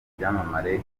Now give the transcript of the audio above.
ibyamamare